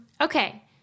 Okay